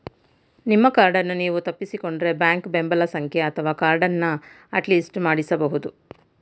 ನಿಮ್ಮ ಕಾರ್ಡನ್ನು ನೀವು ತಪ್ಪಿಸಿಕೊಂಡ್ರೆ ಬ್ಯಾಂಕ್ ಬೆಂಬಲ ಸಂಖ್ಯೆ ಅಥವಾ ಕಾರ್ಡನ್ನ ಅಟ್ಲಿಸ್ಟ್ ಮಾಡಿಸಬಹುದು